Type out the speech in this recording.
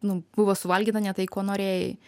nu buvo suvalgyta ne tai ko norėjai